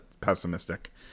pessimistic